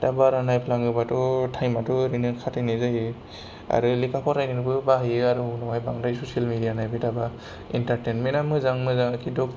दा बारा नाइफ्लांङोबाथ' टाइमाथ' ओरैनो खाथायनाय जायो आरो लेखा फरायनोबो बाहैयो आरो उनावहाय बांद्राय सयियेल मिडिया नायबाय थाबा एनटारटेनमेन्टआ मोजाङा मोजां किन्तु